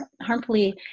harmfully